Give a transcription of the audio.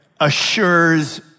assures